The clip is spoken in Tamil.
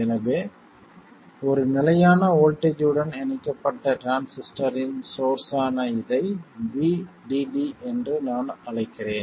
எனவே ஒரு நிலையான வோல்ட்டேஜ் உடன் இணைக்கப்பட்ட டிரான்சிஸ்டரின் சோர்ஸ் ஆன இதை VDD என்று நான் அழைக்கிறேன்